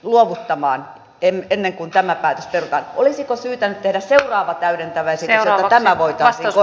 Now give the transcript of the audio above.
luovuttamaan ennen kuin tämä päätös että olisiko syytä tehdä siellä on täydentävä esine on tänään voittaa iso